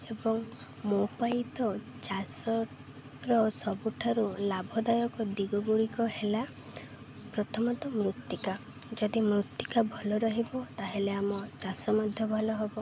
ଏବଂ ମୋ ପାଇଁ ତ ଚାଷର ସବୁଠାରୁ ଲାଭଦାୟକ ଦିଗ ଗୁଡ଼ିକ ହେଲା ପ୍ରଥମତଃ ମୃତ୍ତିକା ଯଦି ମୃତ୍ତିକା ଭଲ ରହିବ ତା'ହେଲେ ଆମ ଚାଷ ମଧ୍ୟ ଭଲ ହବ